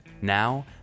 Now